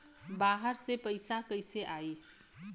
बाहर से पैसा कैसे आई?